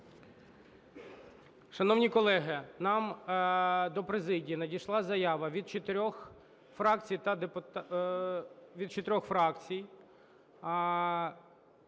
Шановні колеги, нам до президії надійшла заява від чотирьох фракцій